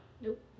nope